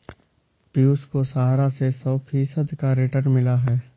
पियूष को सहारा से सौ फीसद का रिटर्न मिला है